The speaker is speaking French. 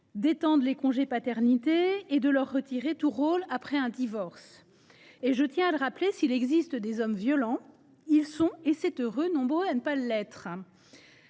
durée des congés de paternité et de leur retirer tout rôle après un divorce. Je tiens à le rappeler, s’il existe des hommes violents, ils sont – et c’est heureux !– nombreux à ne pas l’être.